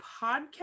podcast